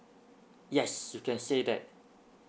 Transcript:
yes you can say that